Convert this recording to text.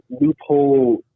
loophole